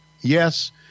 Yes